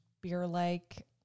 beer-like